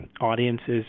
audiences